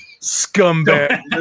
scumbag